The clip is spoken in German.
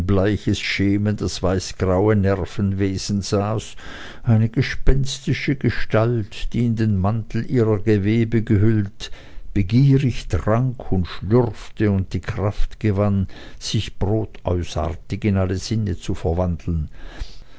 bleiches schemen das weißgraue nervenwesen saß eine gespenstische gestalt die in den mantel ihrer gewebe gehüllt begierig trank und schlürfte und die kraft gewann sich proteusartig in alle sinne zu verwandeln